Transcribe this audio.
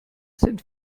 sind